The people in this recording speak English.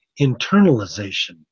internalization